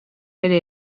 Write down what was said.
bere